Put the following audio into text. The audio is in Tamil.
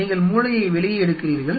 நீங்கள் மூளையை வெளியே எடுக்கிறீர்கள்